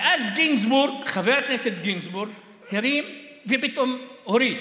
ואז חבר הכנסת גינזבורג הרים ופתאום הוריד,